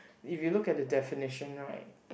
if you look at the definition right